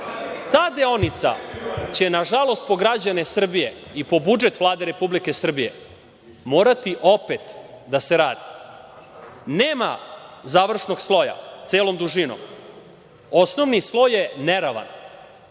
Ta deonica će, nažalost, po građane Srbije i po budžet Vlade Republike Srbije morati opet da se radi. Nema završnog sloja celom dužinom. Osnovni sloj je neravan.